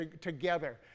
together